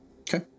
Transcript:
Okay